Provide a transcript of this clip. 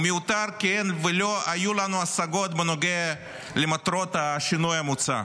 הוא מיותר כי אין ולא היו לנו השגות בנוגע למטרות השינוי המוצע.